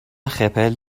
خپل